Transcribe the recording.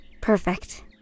Perfect